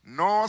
no